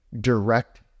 direct